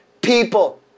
people